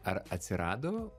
ar atsirado